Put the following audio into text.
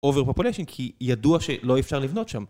Overpopulation כי ידוע שלא יהיה אפשר לבנות שם